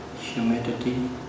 humidity